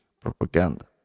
Propaganda